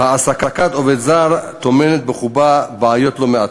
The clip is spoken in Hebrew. והעסקת עובד זר טומנת בחובה בעיות לא מעטות.